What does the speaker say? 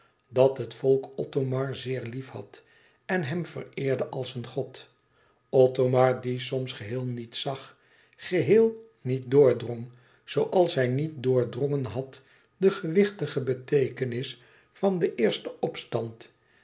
dat het volk othomar zeer lief had en hem vereerde als een god othomar die soms geheel niet zag geheel niet doordrong zooals hij niet doordrongen had de gewichtige beteekenis van den eersten opstand